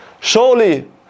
Surely